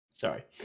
Sorry